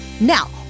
Now